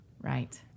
Right